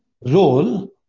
role